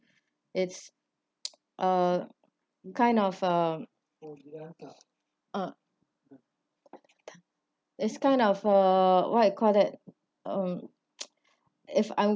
it's a kind of uh it's kind of uh what you call that um if I'm